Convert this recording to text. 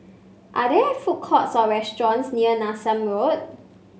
are there food courts or restaurants near Nassim Road